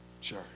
Sure